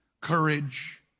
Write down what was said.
courage